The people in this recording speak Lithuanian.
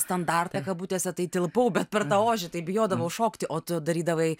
standartą kabutėse tai tilpau bet per tą ožį tai bijodavau šokti o tu darydavai